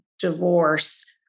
divorce